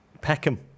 Peckham